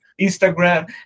Instagram